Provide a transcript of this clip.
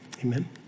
Amen